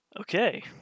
Okay